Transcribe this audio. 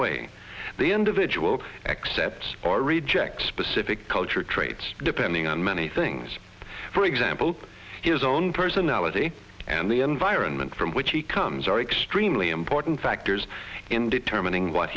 way the individual accepts or rejects specific cultural traits depending on many things for example his own personality and the environment from which he comes are extremely important factors in determining what